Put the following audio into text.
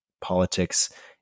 politics